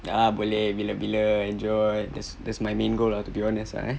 ah boleh boleh enjoy that's that's my main goal lah to be honest lah eh